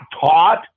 taught